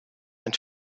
and